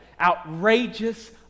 outrageous